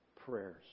prayers